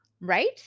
Right